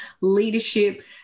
leadership